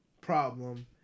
problem